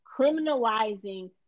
Criminalizing